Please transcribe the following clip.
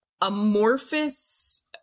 amorphous